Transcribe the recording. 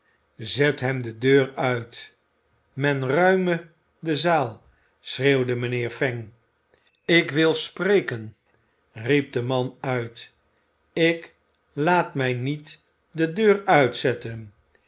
zet hem de deur uit men ruime de zaal schreeuwde mijnheer fang ik wil spreken riep de man uit ik laat mij niet de deur uitzetten